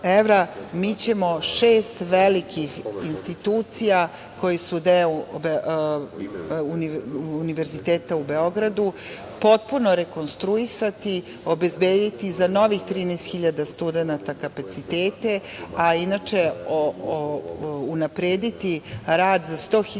mi ćemo šest velikih institucija koje su deo Univerziteta u Beogradu, potpuno rekonstruisati, obezbediti za novih 13.000 studenata kapacitete, a inače, unaprediti rad za 100.000